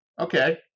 okay